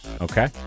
Okay